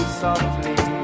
softly